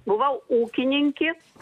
buvau ūkininkė